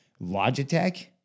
Logitech